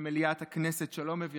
במליאת הכנסת, שלום, אביתר,